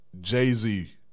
Jay-Z